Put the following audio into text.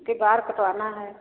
के बाल कटवाना है